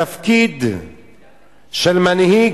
התפקיד של מנהיג,